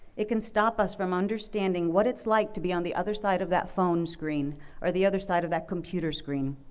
it can stop us from understanding what it's like to be on the other side of that phone screen or the other side of that computer screen.